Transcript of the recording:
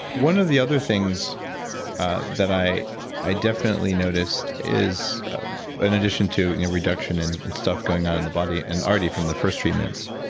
one of the other things that i i definitely noticed is in addition to you know reduction and stuff going on in the body and already from the first treatments,